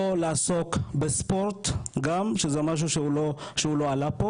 לא עסוק בספורט גם שזה משהו שהוא לא עלה פה